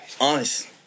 Honest